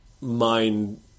mind